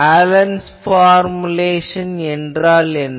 ஹாலன்'ஸ் formulation என்றால் என்ன